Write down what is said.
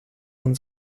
man